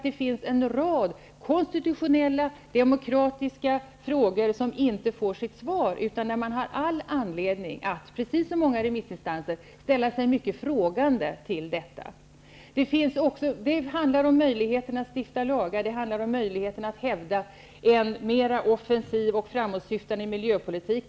Det finns en rad konstitutionella, demokratiska frågor, som inte har fått sitt svar. Man har all anledning, precis som många remissinstanser har framfört, att ställa sig mycket frågande till detta. Det handlar här om möjligheten att stifta lagar. Det handlar om möjligheten att hävda en mera offensiv och framåtsyftande miljöpolitik.